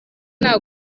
nta